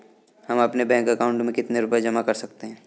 हम अपने bank account में कितने रुपये जमा कर सकते हैं?